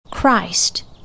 Christ